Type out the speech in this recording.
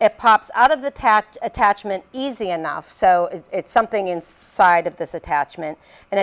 it pops out of the tact attachment easy enough so it's something inside of this attachment and